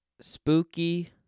spooky